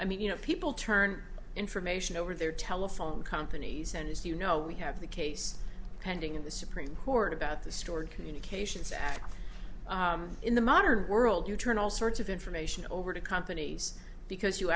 i mean you know people turn information over their telephone companies and it's you know we have the case pending in the supreme court about the stored communications act in the modern world you turn all sorts of information over to companies because you